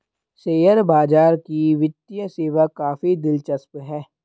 share बाजार की वित्तीय सेवा काफी दिलचस्प है